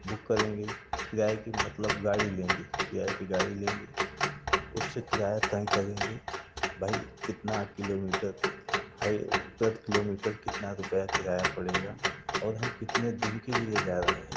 book करेंगे किराए कि मतलब गाड़ी लेंगे किराए कि गाड़ी लेंगे उससे किराया तय करेंगे भाई कितना किलोमीटर है पर किलोमीटर कितना रुपया किराया पड़ेगा और हम कितने दिन के लिए जा रहे हैं